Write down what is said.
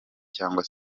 cyangwa